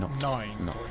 Nine